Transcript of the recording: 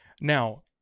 Now